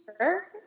sure